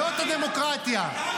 זאת הדמוקרטיה,